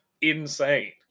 insane